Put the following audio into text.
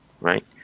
right